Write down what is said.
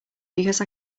because